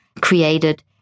created